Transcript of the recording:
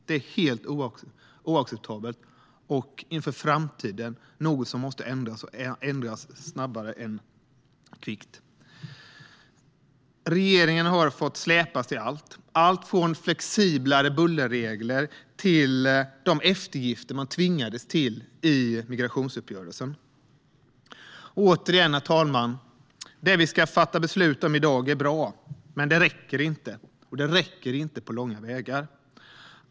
Det är helt oacceptabelt och något som måste ändras inför framtiden, snabbare än kvickt. Regeringen har fått släpas till allt - allt från flexiblare bullerregler till de eftergifter man tvingades till i migrationsuppgörelsen. Återigen, herr talman: Det vi ska fatta beslut om i dag är bra, men det räcker inte. Det räcker inte på långa vägar.